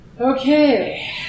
Okay